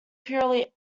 purely